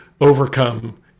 overcome